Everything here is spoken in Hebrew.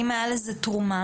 האם הייתה לזה תרומה?